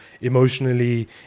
emotionally